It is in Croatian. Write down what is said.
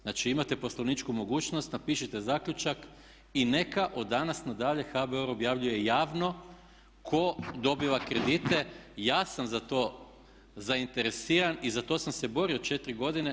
Znači imate poslovničku mogućnost, napišite zaključak i neka od danas na dalje HBOR objavljuje javno tko dobiva kredite, ja sam za to zainteresiran i za to sam se borio 4 godine.